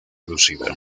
reducida